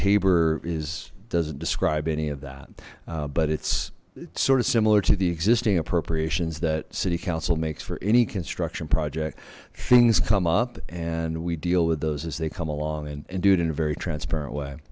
tabor is doesn't describe any of that but it's sort of similar to the existing appropriations that city council makes for any construction project things come up and we deal with those as they come along and do it in a very transparent way